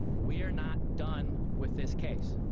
we are not done with this case.